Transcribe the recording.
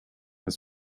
had